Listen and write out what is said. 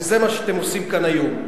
וזה מה שאתם עושים כאן היום.